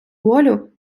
волю